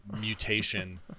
mutation